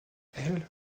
elle